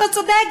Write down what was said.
אתה צודק,